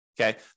Okay